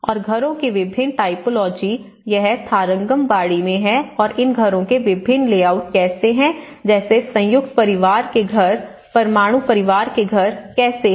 और घरों की विभिन्न टाइपोलॉजी यह थारंगमबाड़ी में है और इन घरों के विभिन्न लेआउट कैसे हैं जैसे संयुक्त परिवार के घर परमाणु परिवार के घर कैसे हैं